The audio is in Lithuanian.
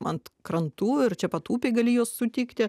ant krantų ir čia pat upėj gali juos sutikti